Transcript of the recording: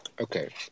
Okay